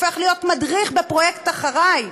הפך להיות מדריך בפרויקט "אחרי!",